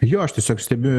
jo aš tiesiog stebiu